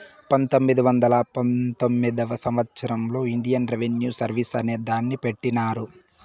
పంతొమ్మిది వందల పంతొమ్మిదివ సంవచ్చరంలో ఇండియన్ రెవిన్యూ సర్వీస్ అనే దాన్ని పెట్టినారు